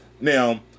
Now